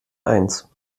eins